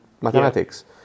mathematics